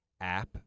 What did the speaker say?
app